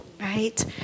right